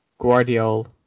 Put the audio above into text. Guardiola